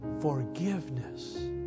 forgiveness